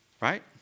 Right